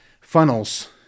funnels